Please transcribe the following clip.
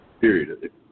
period